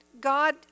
God